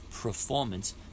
performance